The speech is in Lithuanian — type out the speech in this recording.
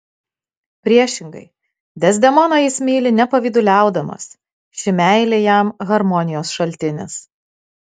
priešingai dezdemoną jis myli nepavyduliaudamas ši meilė jam harmonijos šaltinis